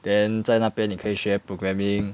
then 在那边你可以学 programming